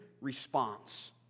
response